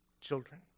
children